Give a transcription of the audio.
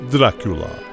Dracula